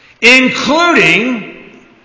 including